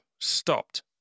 stopped